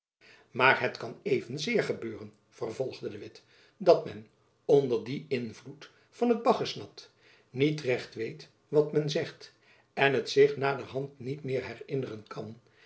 maar het kan evenzeer gebeuren vervolgde de witt dat men onder dien invloed van het bachusnat niet recht weet wat men zegt en het zich naderhand niet meer herinneren kan